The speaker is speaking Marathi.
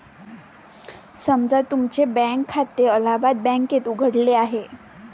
समजा तुमचे बँक खाते अलाहाबाद बँकेत उघडले आहे